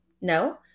No